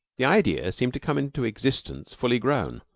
the idea seemed to come into existence fully-grown,